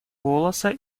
голоса